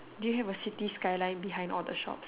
do you have a city skyline behind all the shots